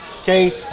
Okay